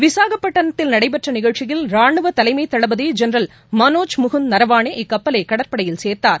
விசாகப்பட்டினத்தில் நடைபெற்ற நிகழ்ச்சியில் ரானுவ தலைமை தளபதி ஜெனரல் மனோஜ் முகுந்த் நரவாளே இக்கப்பலை கடற்படையில் சேர்த்தார்